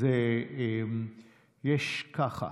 שזה המון.